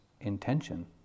intention